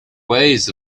ways